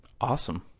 Awesome